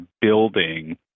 building